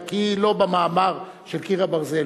רק שהיא לא במאמר של "קיר הברזל",